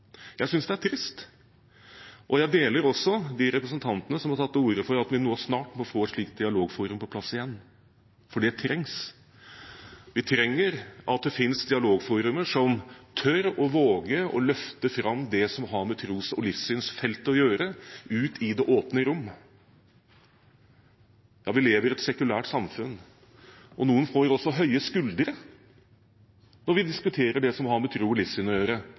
Jeg synes det er trist, og jeg deler også synet til de representantene som har tatt til orde for at vi nå snart må få et slikt dialogforum på plass igjen, for det trengs. Vi trenger dialogforumer som tør og våger å løfte fram det som har med tros- og livssynsfeltet å gjøre, ut i det åpne rom. Ja, vi lever i et sekulært samfunn. Noen får også høye skuldre når vi diskuterer det som har med tro og livssyn å gjøre,